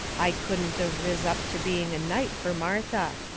i couldn't of riz up to being a night fur martha.